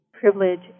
privilege